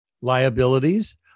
Liabilities